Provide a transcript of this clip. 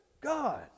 god